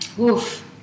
Oof